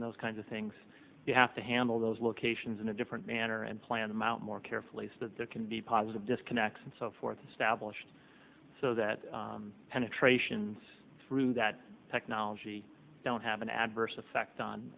in those kinds of things you have to handle those locations in a different manner and plan them out more carefully so that there can be positive disconnects and so forth established so that penetrations through that technology don't have an adverse effect on